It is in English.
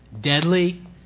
Deadly